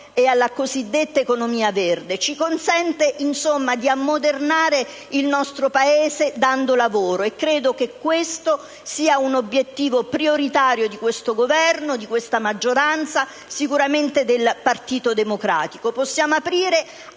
e alla cosiddetta economia verde; ci consente insomma di ammodernare il nostro Paese dando lavoro, e credo che questo sia un obiettivo prioritario del Governo e della maggioranza: sicuramente lo è del Partito Democratico. Possiamo aprire